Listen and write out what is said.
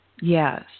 Yes